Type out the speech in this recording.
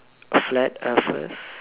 flat earthers